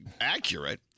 accurate